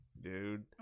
dude